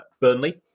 Burnley